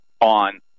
on